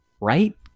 Right